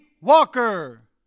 Walker